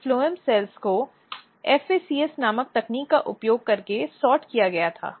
इन phloem कोशिकाओं को FACS नामक तकनीक का उपयोग करके सॉर्ट किया गया था